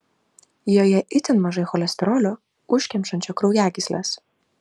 joje itin mažai cholesterolio užkemšančio kraujagysles